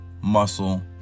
muscle